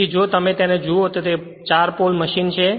તેથી અને જો તમે જુઓ કે તે 4 પોલ મશીનો છે